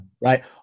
Right